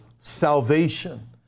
salvation